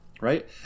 right